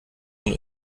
und